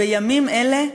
בימים אלה,